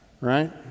right